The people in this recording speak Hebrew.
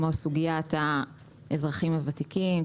כמו סוגיית האזרחים הוותיקים,